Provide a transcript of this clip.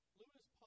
Lewis